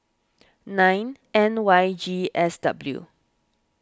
nine N Y G S W